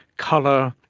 colour,